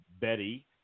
Betty